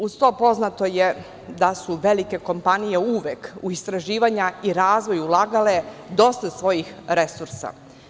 Uz to poznato je da su velike kompanije uvek u istraživanja i razvoj ulagale dosta svojih resursa.